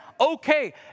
okay